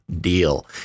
deal